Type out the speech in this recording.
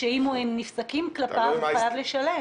אם ייפסק נגדו, הוא חייב לשלם.